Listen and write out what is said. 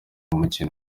mukino